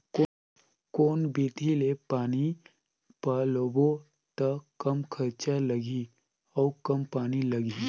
कौन विधि ले पानी पलोबो त कम खरचा लगही अउ कम पानी लगही?